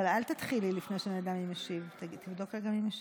תתחיל לפני שנדע מי משיב, תבדוק רגע מי משיב.